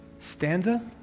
stanza